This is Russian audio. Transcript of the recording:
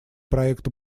проекту